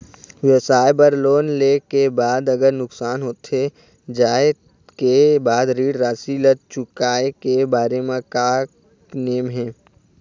व्यवसाय बर लोन ले के बाद अगर नुकसान होथे जाय के बाद ऋण राशि ला चुकाए के बारे म का नेम हे?